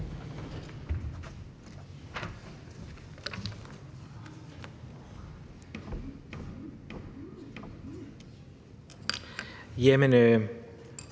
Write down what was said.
Jeg mener,